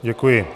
Děkuji.